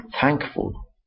thankful